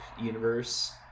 universe